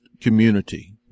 community